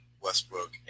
Westbrook